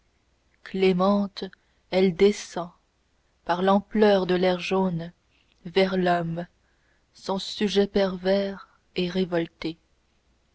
clémente elle descend par l'ampleur de l'air jaune vers l'homme son sujet pervers et révolté